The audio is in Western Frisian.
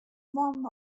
moannen